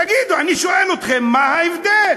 תגידו, אני שואל אתכם, מה ההבדל